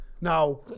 Now